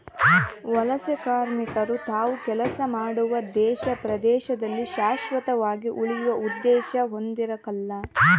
ವಲಸೆಕಾರ್ಮಿಕರು ತಾವು ಕೆಲಸ ಮಾಡುವ ದೇಶ ಪ್ರದೇಶದಲ್ಲಿ ಶಾಶ್ವತವಾಗಿ ಉಳಿಯುವ ಉದ್ದೇಶ ಹೊಂದಿರಕಲ್ಲ